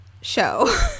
show